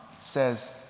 says